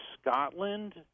Scotland